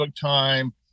time